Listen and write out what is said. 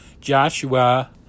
Joshua